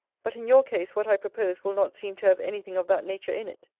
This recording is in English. but in your case, what i propose will not seem to have anything of that nature in it.